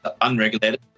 unregulated